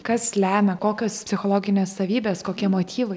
kas lemia kokios psichologinės savybės kokie motyvai